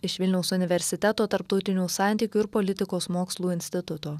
iš vilniaus universiteto tarptautinių santykių ir politikos mokslų instituto